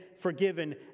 forgiven